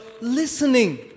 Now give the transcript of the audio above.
listening